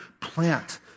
plant